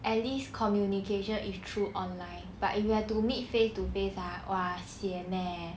at least communication is through online but if you have to meet face to face ah !wah! sian leh